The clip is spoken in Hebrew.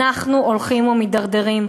אנחנו הולכים ומידרדרים.